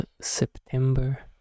September